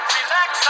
Relax